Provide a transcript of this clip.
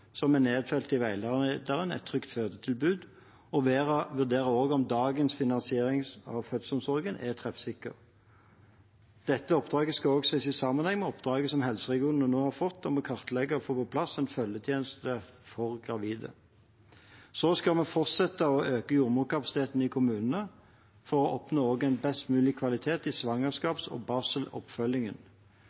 som er nedfelt i veilederen «Et trygt fødetilbud», og vurdere om dagens finansiering av fødselsomsorgen er treffsikker. Dette oppdraget skal også ses i sammenheng med oppdraget som helseregionene nå har fått om å kartlegge og få på plass en følgetjeneste for gravide. Så skal vi fortsette å øke jordmorkapasiteten i kommunene for også å oppnå en best mulig kvalitet i svangerskaps- og barseloppfølgingen.